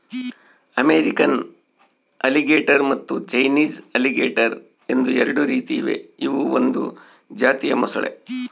American alligator ಮತ್ತು Chinese alligator ಎಂದು ಎರಡು ರೀತಿ ಇವೆ ಇವು ಒಂದು ಜಾತಿಯ ಮೊಸಳೆ